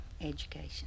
education